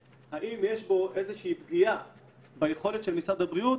איזו שהיא פגיעה ביכולת של משרד הבריאות